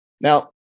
Now